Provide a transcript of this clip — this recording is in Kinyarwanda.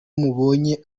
mubonye